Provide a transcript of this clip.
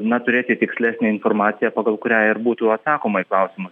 na turėti tikslesnę informaciją pagal kurią ir būtų atsakoma į klausimus